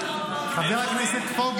למה הוא פה?